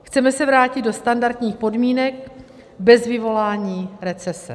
Chceme se vrátit do standardních podmínek bez vyvolání recese.